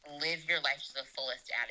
live-your-life-to-the-fullest